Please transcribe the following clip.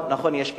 יש כאלה.